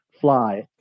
fly